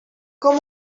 com